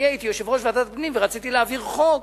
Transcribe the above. הייתי יושב-ראש ועדת הפנים ורציתי להעביר חוק,